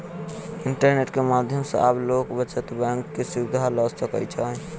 internet के माध्यम सॅ आब लोक बचत बैंक के सुविधा ल सकै छै